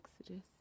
Exodus